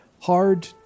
hard